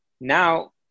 now